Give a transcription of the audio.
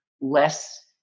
less